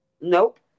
Nope